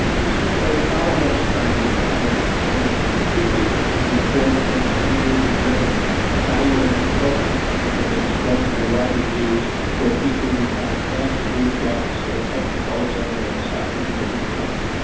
this was a follow-up study of a previous report from the same group in germany evaluating proton pump inhibitors, drugs that are widely used for people who have acid reflux or peptic ulcer or ah so oesophageal you know reflux.